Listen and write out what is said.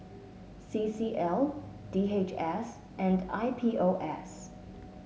C C L D H S and I P O S